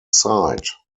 site